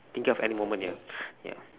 thinking of any moment ya ya